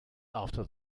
after